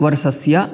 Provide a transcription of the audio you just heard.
वर्षस्य